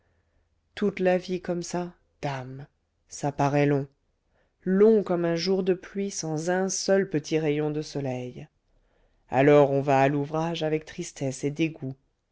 toute la vie comme ça dame ça paraît long long comme un jour de pluie sans un seul petit rayon de soleil alors on va à l'ouvrage avec tristesse et dégoût